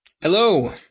Hello